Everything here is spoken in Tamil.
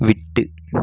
விட்டு